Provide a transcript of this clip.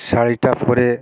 শাড়িটা পরে